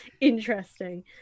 interesting